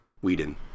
Whedon